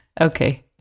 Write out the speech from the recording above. Okay